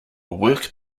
work